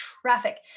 traffic